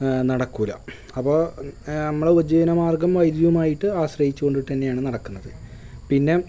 നടക്കില്ല അപ്പോൾ നമ്മുടെ ഉപജീവനമാർഗ്ഗം വൈദ്യുതിയുമായിട്ട് ആശ്രയിച്ചു കൊണ്ടിട്ട് തന്നെയാണ് നടക്കുന്നത് പിന്നെ